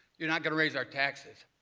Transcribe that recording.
you're not going to raise our taxes.